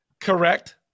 Correct